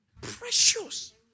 Precious